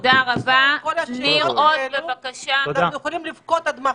בלי תשובות לכל השאלות האלו אנחנו יכולים לבכות עד מחר.